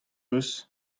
eus